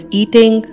eating